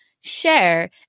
share